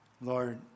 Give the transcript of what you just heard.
Lord